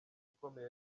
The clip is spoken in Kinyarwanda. ikomeye